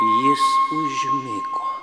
jis užmigo